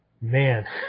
Man